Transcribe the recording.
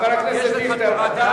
חבר הכנסת דיכטר.